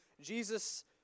Jesus